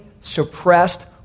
suppressed